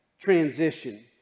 transition